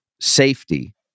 safety